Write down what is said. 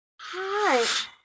Hi